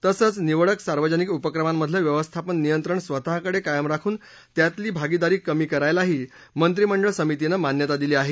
तसंच निवडक सार्वजनिक उपक्रमांमधलं व्यवस्थापन नियंत्रण स्वतःकडे कायम राखून त्यातली भागीदारी कमी करायलाही मंत्रिमंडळ समितीनं मान्यता दिली आहे